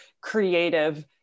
creative